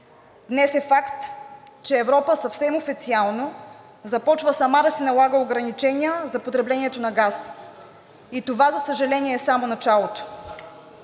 Днес е факт, че Европа съвсем официално започва сама да си налага ограничения за потреблението на газ и това, за съжаление, е само началото.